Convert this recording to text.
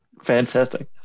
Fantastic